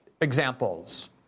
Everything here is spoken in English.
examples